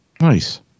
nice